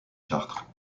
chartres